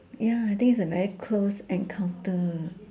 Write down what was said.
ya I think it's a very close encounter